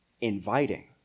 Inviting